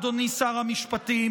אדוני שר המשפטים,